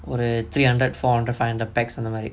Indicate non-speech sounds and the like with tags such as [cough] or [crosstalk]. [noise] three hundred four hundred five hundred person normally